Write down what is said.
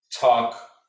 talk